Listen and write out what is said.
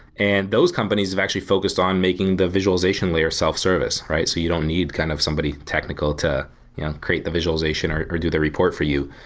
and those companies have actually focused on making the visualization layer self-service. so you don't need kind of somebody technical to create the visualization or or do the report for you.